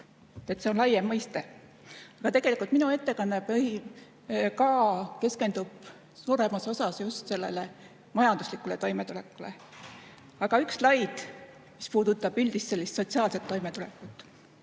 See on laiem mõiste. Minu ettekanne keskendub suuremas osas just sellele majanduslikule toimetulekule. Üks slaid, mis puudutab üldist sellist sotsiaalset toimetulekut.